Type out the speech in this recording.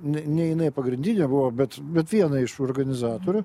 ne ne jinai pagrindinė buvo bet bet viena iš organizatorių